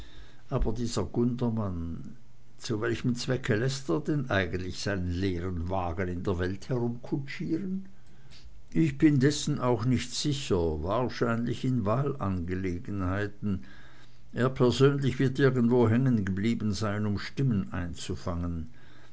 aber dieser gundermann zu welchem zwecke läßt er denn eigentlich seinen leeren wagen in der welt herumkutschieren ich bin dessen auch nicht sicher wahrscheinlich in wahlangelegenheiten er persönlich wird irgendwo hängengeblieben sein um stimmen einzufangen